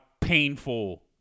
painful